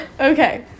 Okay